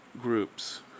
groups